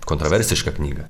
kontroversišką knygą